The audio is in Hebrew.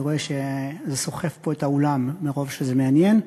אני רואה שזה סוחף פה את האולם, מרוב שזה מעניין,